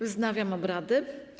Wznawiam obrady.